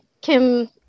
Kim